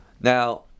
now